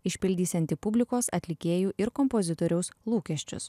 išpildysianti publikos atlikėjų ir kompozitoriaus lūkesčius